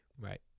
Right